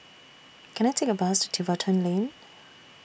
Can I Take A Bus to Tiverton Lane